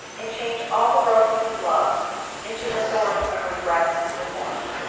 and change all the roses of love into the thorns of regret and remorse.